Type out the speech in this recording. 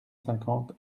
cinquante